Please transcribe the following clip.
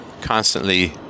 constantly